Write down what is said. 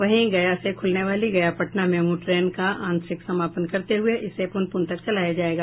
वहीं गया से खुलने वाली गया पटना मेमू ट्रेन का आंशिक समापन करते हुए इसे पुनपुन तक चलाया जायेगा